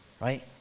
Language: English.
Right